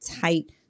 tight